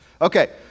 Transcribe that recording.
Okay